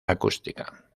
acústica